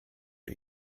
are